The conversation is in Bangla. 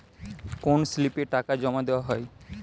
কোন স্লিপে টাকা জমাদেওয়া হয়?